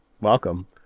Welcome